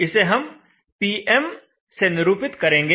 इसे हम Pm से निरूपित करेंगे